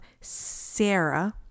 Sarah